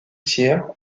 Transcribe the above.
thiers